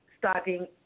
starting